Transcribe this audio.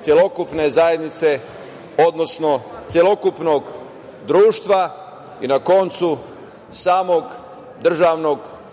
celokupne zajednice, odnosno celokupnog društva i na koncu samog državnog poretka